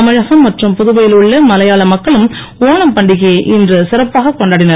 தமிழகம் மற்றும் புதுவையில் உள்ள மலையாள மக்களும் ஒணம் பண்டிகையை இன்று சிறப்பாகக் கொண்டாடினர்